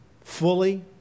fully